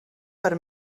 per